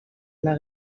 una